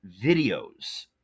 videos